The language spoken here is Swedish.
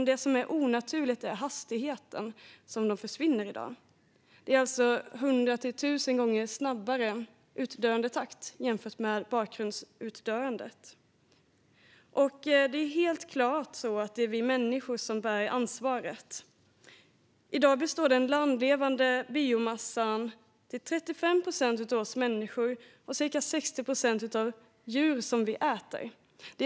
Det som är onaturligt är hastigheten de försvinner i. Utdöendetakten är i dag 100-1 000 gånger snabbare än bakgrundsutdöendet, och det är helt klart vi människor som bär ansvaret för detta. I dag består den landlevande biomassan till 35 procent av oss människor och till ca 60 procent av djur som vi äter.